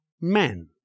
men